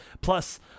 Plus